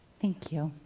thank you!